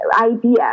idea